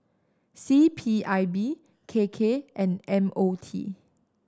C P I B K K and M O T